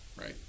right